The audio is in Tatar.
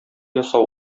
ясау